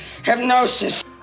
hypnosis